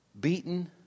beaten